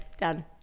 Done